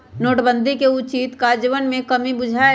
नोटबन्दि के उचित काजन्वयन में कम्मि बुझायल